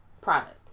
product